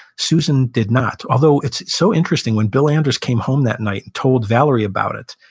susan did not. although, it's so interesting, when bill anders came home that night and told valerie about it,